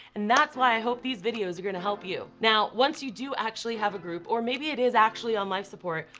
and that's why i hope these videos are gonna help you. now, once you do actually have a group, or maybe it is actually on life support,